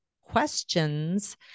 questions